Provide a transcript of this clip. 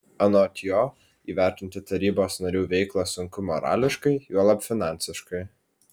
anot jo įvertinti tarybos narių veiklą sunku morališkai juolab finansiškai